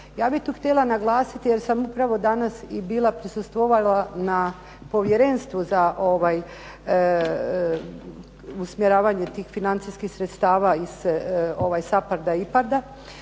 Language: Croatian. Ja bih tu htjela naglasiti jer sam upravo danas i bila prisustvovala na Povjerenstvu za usmjeravanje tih financijskih sredstava iz SAPARD-a i IPARD-a